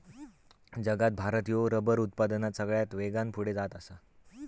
जगात भारत ह्यो रबर उत्पादनात सगळ्यात वेगान पुढे जात आसा